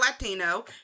Latino